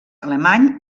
alemany